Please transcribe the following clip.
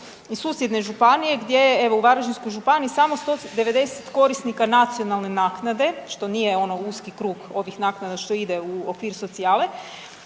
iz susjedne županije gdje je evo u Varaždinskoj županiji samo 190 korisnika nacionalne naknade, što nije ono uski krug ovih naknada što ide u okvir socijale